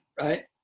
right